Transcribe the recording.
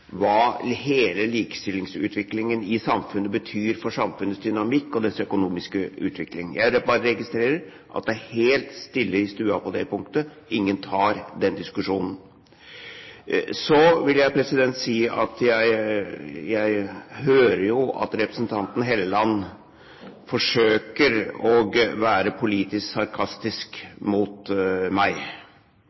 hva hele likestillingsutviklingen i samfunnet betyr for samfunnets dynamikk og dets økonomiske utvikling. Jeg bare registrerer at det er helt stille i stua på det punktet – ingen tar den diskusjonen. Jeg hører jo at representanten Hofstad Helleland forsøker å være politisk sarkastisk mot meg.